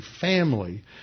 family